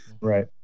Right